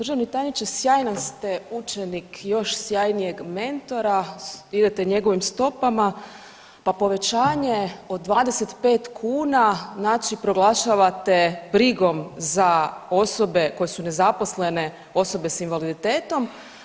Državni tajniče sjajan ste učenik još sjajnijeg mentora, idete njegovim stopama pa povećanje od 25 kuna proglašavate brigom za osobe koje su nezaposlene, osobe s invaliditetom.